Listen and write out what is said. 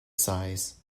sighs